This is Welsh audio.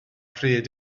pryd